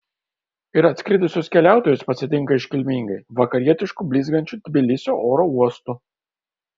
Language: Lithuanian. ir atskridusius keliautojus pasitinka iškilmingai vakarietišku blizgančiu tbilisio oro uostu